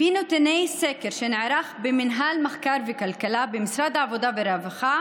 לפי נתוני סקר שנערך במינהל מחקר וכלכלה במשרד העבודה והרווחה